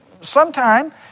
sometime